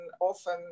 often